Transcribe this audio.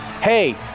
hey